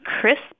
crisp